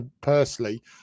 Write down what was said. personally